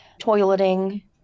toileting